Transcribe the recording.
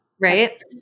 right